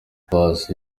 paccy